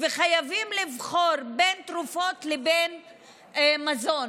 וחייבים לבחור בין תרופות לבין מזון.